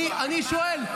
אני שואל,